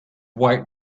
white